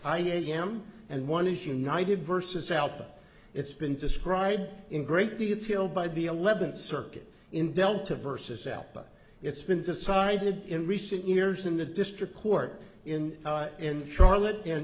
i am and one is united versus out but it's been described in great detail by b eleventh circuit in delta versus out but it's been decided in recent years in the district court in in charlotte and